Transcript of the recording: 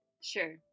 Sure